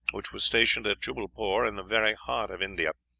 which was stationed at jubbalpore, in the very heart of india.